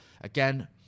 Again